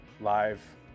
live